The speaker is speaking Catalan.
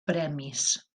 premis